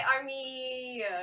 army